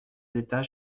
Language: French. d’état